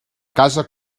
casa